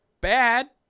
bad